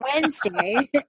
Wednesday